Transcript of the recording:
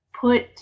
put